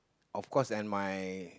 of course and my